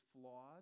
flawed